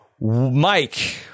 Mike